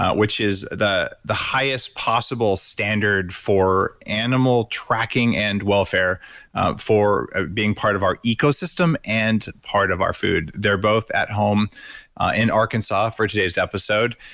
which is the the highest possible standard for animal tracking and welfare for being part of our ecosystem and part of our food. they're both at home in arkansas for today's episode,